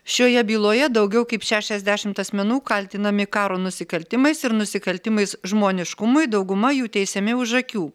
šioje byloje daugiau kaip šešiasdešim asmenų kaltinami karo nusikaltimais ir nusikaltimais žmoniškumui dauguma jų teisiami už akių